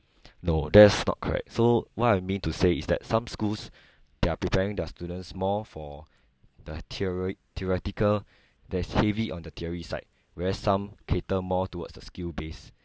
no that's not correct so what I mean to say is that some schools they are preparing their students more for the theore~ theoretical there's heavy on the theory side where some cater more towards the skill base